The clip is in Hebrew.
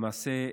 למעשה,